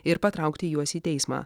ir patraukti juos į teismą